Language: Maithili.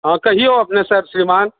हँ कहियौ अपने सर श्रीमान